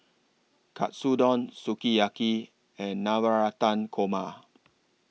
Katsudon Sukiyaki and Navratan Korma